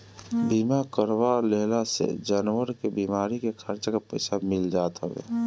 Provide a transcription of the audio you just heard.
बीमा करवा लेहला से जानवर के बीमारी के खर्चा के पईसा मिल जात हवे